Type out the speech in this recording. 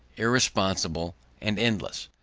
irresponsible and endless.